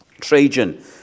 Trajan